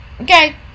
Okay